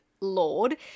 lord